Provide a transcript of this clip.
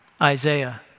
Isaiah